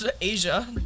asia